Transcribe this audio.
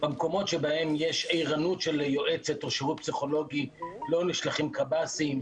במקומות שבהם יש ערנות של יועצת או שירות פסיכולוגי לא נשלחים קב"סים.